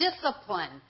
discipline